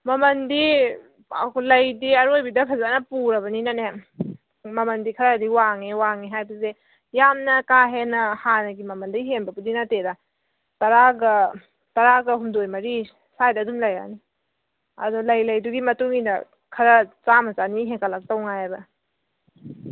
ꯃꯃꯜꯗꯤ ꯂꯩꯗꯤ ꯑꯔꯣꯏꯕꯤꯗ ꯐꯖꯅ ꯄꯨꯔꯕꯅꯤꯅꯅꯦ ꯃꯃꯜꯗꯤ ꯈꯔꯗꯤ ꯋꯥꯡꯉꯦ ꯋꯥꯡꯉꯦ ꯍꯥꯏꯕꯁꯦ ꯌꯥꯝꯅ ꯀꯥ ꯍꯦꯟꯅ ꯍꯥꯟꯅꯒꯤ ꯃꯃꯜꯗꯩ ꯍꯦꯟꯕꯕꯨꯗꯤ ꯅꯠꯇꯦꯗ ꯇꯔꯥꯒ ꯇꯔꯥꯒꯍꯨꯝꯗꯣꯏ ꯃꯔꯤ ꯁ꯭ꯋꯥꯏꯗ ꯑꯗꯨꯝ ꯂꯩꯔꯛꯑꯅꯤ ꯑꯗꯨ ꯂꯩꯂꯩꯗꯨꯒꯤ ꯃꯇꯨꯡ ꯏꯟꯅ ꯈꯔ ꯆꯥꯝ ꯆꯥꯅꯤ ꯍꯦꯟꯒꯠꯂꯛꯇꯧ ꯉꯥꯏꯌꯦꯕ